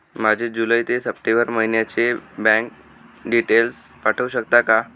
माझे जुलै ते सप्टेंबर महिन्याचे बँक डिटेल्स पाठवू शकता का?